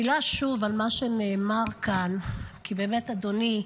אני לא אשוב למה שנאמר כאן, כי באמת, אדוני,